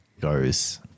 goes